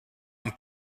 and